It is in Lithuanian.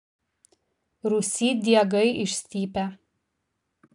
rūsy diegai išstypę